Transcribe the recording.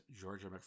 Georgia